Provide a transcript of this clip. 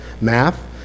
math